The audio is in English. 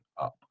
up